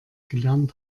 gelernt